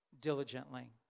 diligently